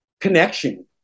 connection